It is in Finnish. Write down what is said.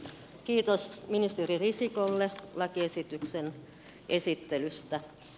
kiitos ministeri risikolle lakiesityksen esittelystä